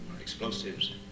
explosives